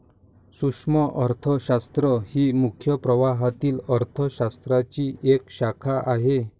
सूक्ष्म अर्थशास्त्र ही मुख्य प्रवाहातील अर्थ शास्त्राची एक शाखा आहे